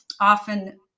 often